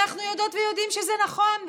אנחנו יודעות ויודעים שזה נכון.